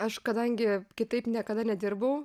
aš kadangi kitaip niekada nedirbau